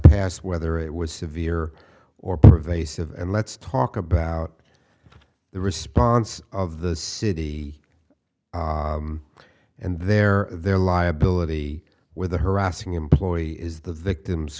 past whether it was severe or pervasive and let's talk about the response of the city and their their liability with the harassing employee is the victim